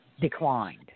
declined